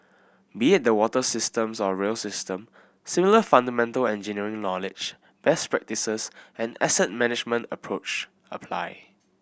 be it the water systems or rail system similar fundamental engineering knowledge best practices and asset management approached apply